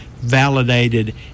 validated